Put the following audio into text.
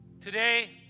today